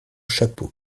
chapeau